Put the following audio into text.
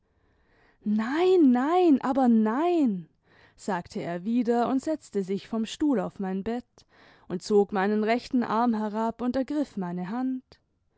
nein nein aber nein sagte er wieder und setzte sich vom stuhl auf mein bett und zog meinen rechten arm herab und ergriff meine hand